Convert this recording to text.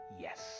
yes